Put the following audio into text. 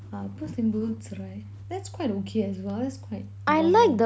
uh Puss In Boots right that's quite okay as well that's quite normal